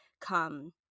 come